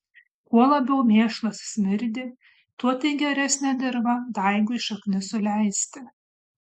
kuo labiau mėšlas smirdi tuo tai geresnė dirva daigui šaknis suleisti